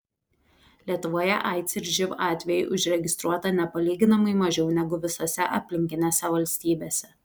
lietuvoje aids ir živ atvejų užregistruota nepalyginamai mažiau negu visose aplinkinėse valstybėse